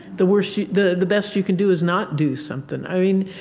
the worst you the the best you can do is not do something. i mean,